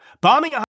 bombing